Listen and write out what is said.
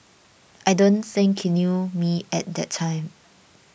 I don't think he knew me at that time